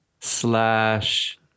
slash